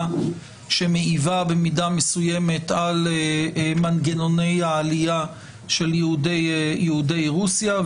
שמעיבה במידה מסוימת על מנגנוני העלייה של יהודי רוסיה.